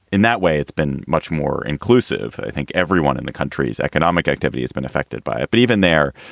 in that way, it's been much more inclusive. i think everyone in the country's economic activity has been affected by it. but even there,